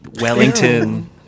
Wellington